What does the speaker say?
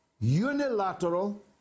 unilateral